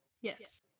Yes